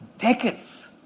decades